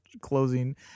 closing